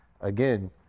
Again